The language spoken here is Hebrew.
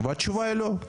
והתשובה היא לא.